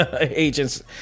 agents